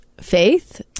faith